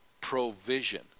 provision